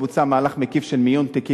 בוצע מהלך מקיף של מיון תיקים,